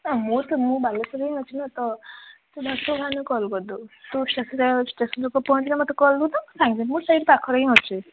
ହଁ ମୁଁ ତ ମୁଁ ବାଲେଶ୍ୱରରେ ହିଁ ଅଛିନା ତ ତୁ ଘରଠାରୁ ବାହାରିଲେ କଲ୍ କରିଦେବୁ ତୁ ଷ୍ଟେସନ୍ ଷ୍ଟେସନ୍ରେ ପହଁଚିଲେ ମୋତେ କହିବୁ ତ ନାଇଁନାଇଁ ମୁଁ ସେଇ ପାଖରେ ହିଁ ଅଛି